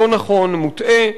לא נכון, מוטעה.